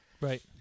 Right